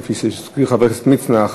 כפי שהזכיר חבר הכנסת מצנע,